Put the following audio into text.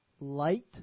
light